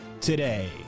today